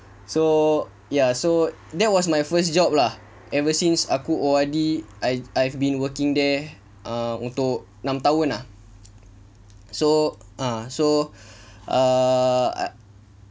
so ya so that was my first job lah ever since aku O_R_D I I've I've been working there err untuk enam tahun ah so err so err